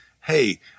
hey